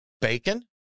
bacon